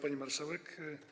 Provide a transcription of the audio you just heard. Pani Marszałek!